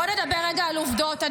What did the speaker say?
בוא נדבר רגע על עובדות.